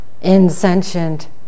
insentient